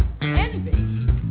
envy